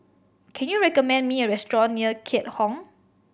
can you recommend me a restaurant near Keat Hong